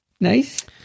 nice